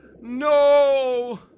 No